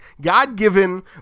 God-given